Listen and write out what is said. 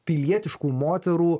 pilietiškų moterų